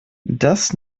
das